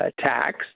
tax